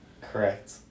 Correct